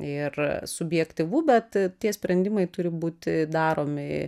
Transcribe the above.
ir subjektyvu bet tie sprendimai turi būti daromi